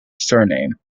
surname